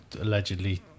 allegedly